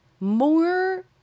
more